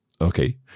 okay